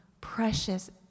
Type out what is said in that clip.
precious